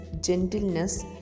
gentleness